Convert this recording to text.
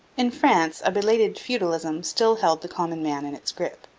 in france a belated feudalism still held the common man in its grip,